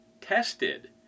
tested